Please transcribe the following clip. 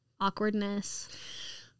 awkwardness